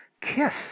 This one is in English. kiss